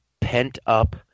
pent-up